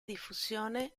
diffusione